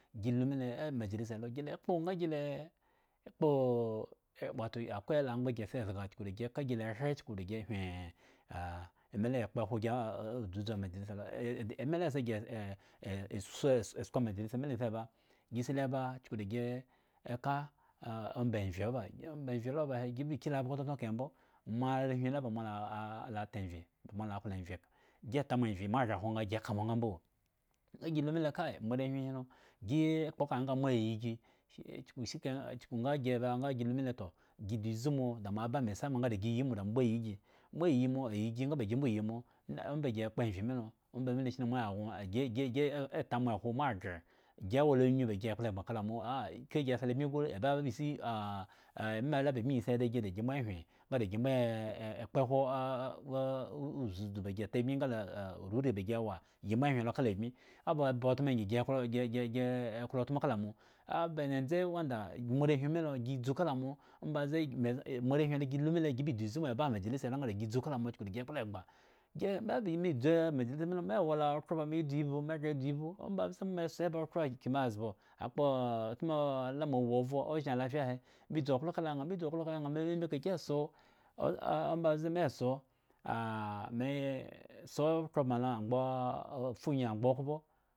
Gi lu mile, amajalisa lo gi la kpo nga gi lakpo wato akwe ela amgba gi sizga chuku da gi eka gi la hre chuku da gi hyen ah emela ya kpohwo gi a udzudzu amajalisa lo a emela sa gi so esko amajalisa milo si eba, gi si lo eba chuku da gi eka ah omba envhye oba, omba envhye la oba he gi eba kyu lo abhgo totno eka hembo. mo arehwin la ba mola ah la ta enrhy bamo laklo envhye gita mo envhye mo aghre hwo gi eka mo nga mbo, nga lu mile moarehwin hi lo, gi kpo kaŋha nga mo aya yi gi, chuku nga gi ba nga gi lu mile toh gi lazu mo da mo aba mesama nga gi yi mo da mo mbo yi gi, mo ayi mo ayi gi nga ba gi mbo iyi mo omba gi ya ekpo envhye mi lo, omba shine moyagŋo agi ge ge gita mo ehwo moaghre gi wola anyu ba gi ya kpla egba kala mo ah ka gi sla bmi gu eba nga ba isi ah emela ba bmi ya si da gi da ambo hyen, nga da gi mbo eh ekpohwo ah ah uzudzu ba gieta bmi nga la aruri ba giewa, gi mbo ehyen lo ka labmi oba eba otmo angyi gi eklo gi eklo otmo kala mo, aba dzendze wanda moarehwin milo gi dzu kala mo ombaze me moarehwin do gi gilu mile gi zu mo ba amajalisa helo nga da gi dzu ka la mo chuku da gi kpla egba gi me ba me dzu amajalisa milo, me wo la okhro ba me dzubhu me ghre yi dzu ibhu, ombaze mbo me kso ba okhro akyin mezbo akpo otmo la mo awuovhro ozhen alayfa ahe me ba dzu oklo kalaŋha me dzu oklo ka la ŋha mememe kahe gi kso, a ombaze me kso ahme kso okhro amgba afunyi amgba okhpo